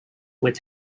with